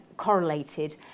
correlated